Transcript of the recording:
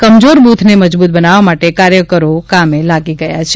કમજોર બુથને મજબૂત બનાવવા માટે કાર્યકરો કામે લાગી ગયા છે